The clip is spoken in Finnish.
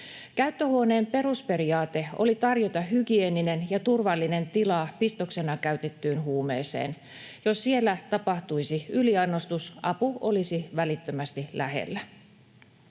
Käyttöhuoneen perusperiaate oli tarjota hygieeninen ja turvallinen tila pistoksena käytettyyn huumeeseen. Jos siellä tapahtuisi yliannostus, apu olisi välittömästi lähellä.